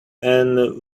and